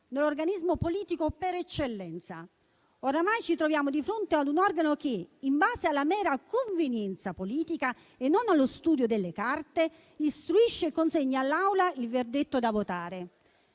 nell'organismo politico per eccellenza. Oramai ci troviamo di fronte ad un organo che, in base alla mera convenienza politica e non allo studio delle carte, istruisce e consegna all'Assemblea il verdetto da votare.